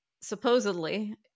supposedly